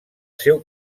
seu